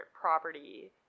property